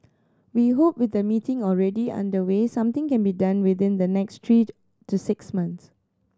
we hope with the meeting already underway something can be done within the next three to six months